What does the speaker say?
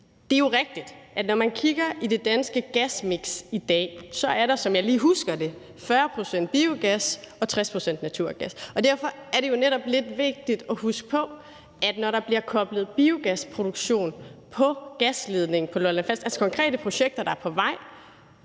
Det er jo rigtigt, at når man kigger i det danske gasmiks i dag, er der, som jeg lige husker det, 40 pct. biogas og 60 pct. naturgas. Og derfor er det netop lidt vigtigt at huske på, at når der bliver koblet biogasproduktion på gasledningen på Lolland-Falster – altså konkrete projekter, der er på vej